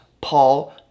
paul